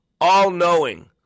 all-knowing